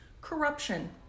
corruption